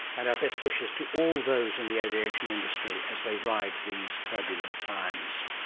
and our best wishes to all those in the aviation industry as they ride these turbulent times.